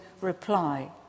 reply